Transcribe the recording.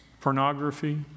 pornography